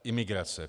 Imigrace.